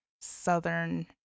southern